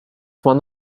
one